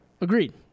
Agreed